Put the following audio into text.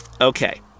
Okay